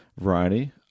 Variety